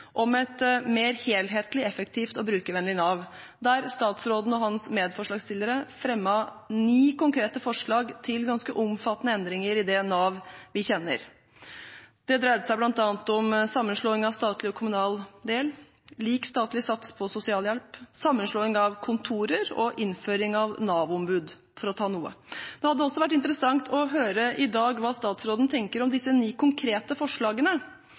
om et mer helhetlig, effektivt og brukervennlig Nav, der nåværende statsråd, daværende stortingsrepresentant og hans medforslagsstillere, fremmet ni konkrete forslag til ganske omfattende endringer i det Nav vi kjenner. Det dreide seg bl.a. om sammenslåing av statlig og kommunal del, lik statlig sats på sosialhjelp, sammenslåing av kontorer og innføring av Nav-ombud, for å ta noe. Det hadde også vært interessant å høre hva statsråden i dag tenker om disse ni konkrete forslagene.